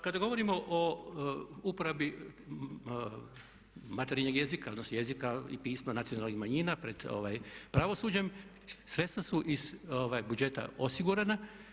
Kada govorimo o uporabi materinjeg jezika, odnosno jezika i pisma nacionalnih manjina pred pravosuđem sredstva su iz budžeta osigurana.